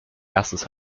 erstes